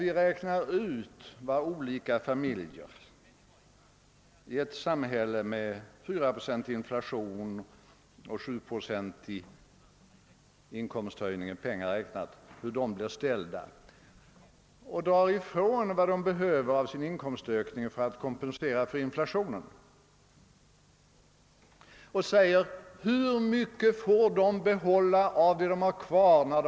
Vi räknar ut hur mycket olika familjer i ett samhälle med en 4-procentig inflation och en 7-procentig inkomsthöjning tjänar och drar ifrån vad de behöver av sin inkomstökning för att kompensera för inflationen. Hur mycket får de då kvar?